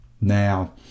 Now